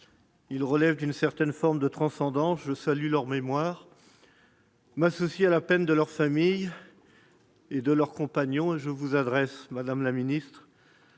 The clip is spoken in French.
il relève d'une certaine forme de transcendance. Je salue leur mémoire et je m'associe à la peine de leurs familles et de leurs compagnons. Madame la ministre,